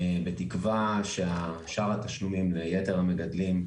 בתקווה ששאר התשלומים ליתר המגדלים,